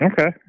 Okay